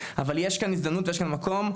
אבל יש כאן הזדמנות ויש כאן מקום.